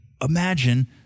Imagine